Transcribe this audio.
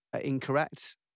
incorrect